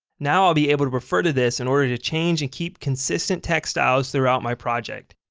now i'll be able to refer to this in order to change and keep consistent text styles throughout my project.